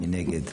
מי נגד?